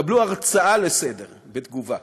תקבלו הרצאה לסדר-היום בתגובה.